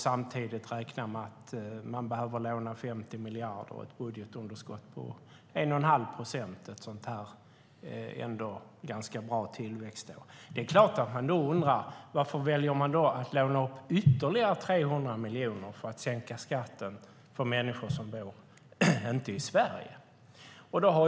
Samtidigt räknar man med att behöva låna 50 miljarder, och ett budgetunderskott på 1 1⁄2 procent, ett sådant här ändå ganska bra tillväxtår. Det är klart att jag undrar varför man då väljer att låna upp ytterligare 300 miljoner för att sänka skatter för människor som inte bor i Sverige.